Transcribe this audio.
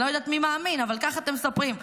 לא יודעת מי מאמין, אבל כך אתם מספרים.